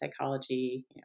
psychology